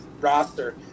roster